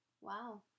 Wow